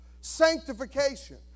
sanctification